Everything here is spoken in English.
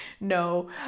no